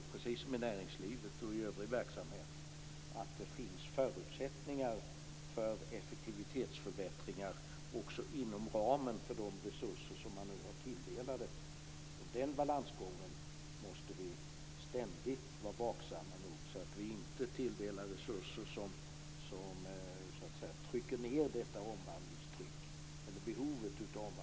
Precis som i näringslivet och i övrig verksamhet finns det självklart förutsättningar för effektivitetsförbättringar också inom ramen för tilldelade resurser. Den balansgången måste vi ständigt vara vaksamma på så att vi inte tilldelar resurser som trycker ned behovet av omvandlingstryck.